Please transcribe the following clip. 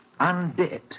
undead